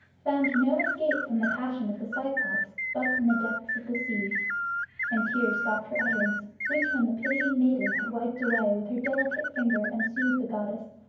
found no escape from the passion of the cyclops but in the depths of the sea and tears stopped her utterance, which when the pitying maiden had wiped away with her delicate finger, and soothed the goddess,